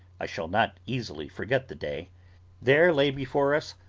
i shall not easily forget the day there lay before us,